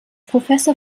professor